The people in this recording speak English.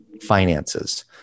finances